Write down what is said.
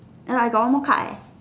err I got one more card eh